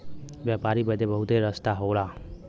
व्यापारी बदे बहुते रस्ता होला